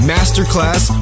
Masterclass